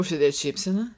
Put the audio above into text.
užsidėt šypseną